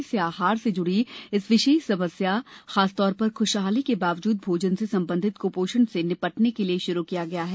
इसे आहार से जुडी इस विशेष समस्या खासतौर पर खुशहाली के बावजूद भोजन से संबंधित कृपोषण से निपटने के लिए शुरू किया गया है